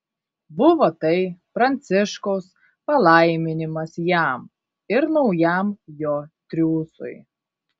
buvo tai pranciškaus palaiminimas jam ir naujam jo triūsui